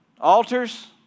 altars